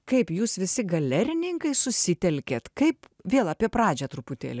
kaip jūs visi galerininkai susitelkėt kaip vėl apie pradžią truputėlį